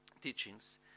teachings